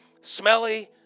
smelly